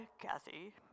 Kathy